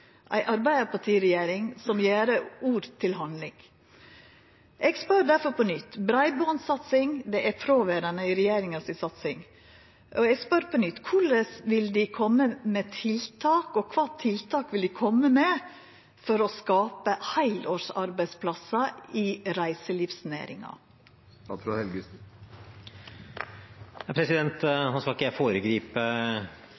ei arbeidarpartiregjering som gjer ord til handling! Breibandssatsing er fråverande i regjeringa si satsing. Eg spør difor på nytt: Korleis vil de koma med tiltak, og kva tiltak vil de koma med for å skapa heilårs arbeidsplassar i reiselivsnæringa?